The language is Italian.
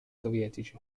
sovietici